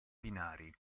binari